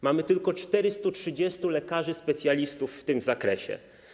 Mamy tylko 430 lekarzy specjalistów w tym zakresie.